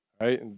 right